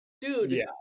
Dude